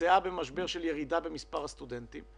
נמצאה במשבר של ירידה במספר הסטודנטים,